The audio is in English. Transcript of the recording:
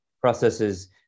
Processes